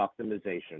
optimization